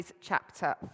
chapter